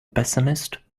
pessimist